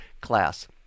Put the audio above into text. class